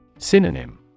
Synonym